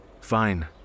Fine